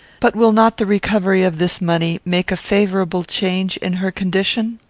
but will not the recovery of this money make a favourable change in her condition?